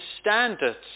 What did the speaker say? standards